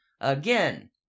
again